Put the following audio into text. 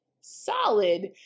solid